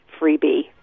freebie